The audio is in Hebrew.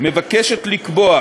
מבקשים לקבוע,